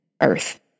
Earth